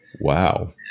Wow